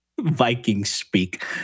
Viking-speak